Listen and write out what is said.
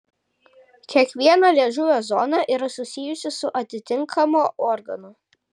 kiekviena liežuvio zona yra susijusi su atitinkamu organu